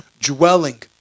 dwelling